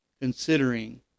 considering